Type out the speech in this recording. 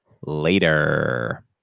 later